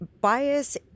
bias